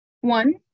One